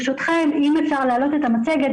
ברשותכם אם אפשר להעלות את המצגת,